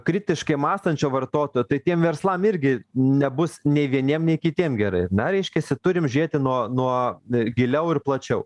kritiškai mąstančio vartotojo tai tiem verslam irgi nebus nei vieniem nei kitiem gerai ar na reiškiasi turim žiūėti nuo nuo giliau ir plačiau